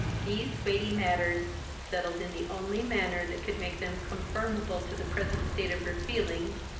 these weighty matters settled in the only manner that could make them conformable to the present state of her feelings,